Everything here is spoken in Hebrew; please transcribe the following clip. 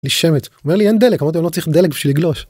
אין לי שמץ. אומר לי אין דלק, אמרתי לו, אני לא צריך דלק בשביל לגלוש.